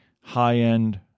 high-end